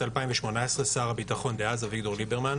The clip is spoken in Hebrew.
2018 שר הביטחון דאז אביגדור ליברמן,